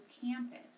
campus